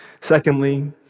Secondly